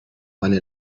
meine